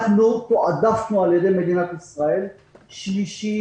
אנחנו תועדפנו על ידי מדינת ישראל במקום שלישי